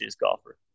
golfer